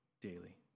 daily